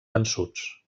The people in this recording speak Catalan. vençuts